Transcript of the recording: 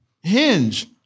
Hinge